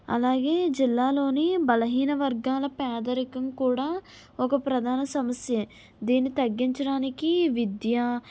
అలాగే జిల్లాలోని బలహీన వర్గాల పేదరికం కూడా ఒక ప్రధాన సమస్యే దీన్ని తగ్గించడానికి విద్యా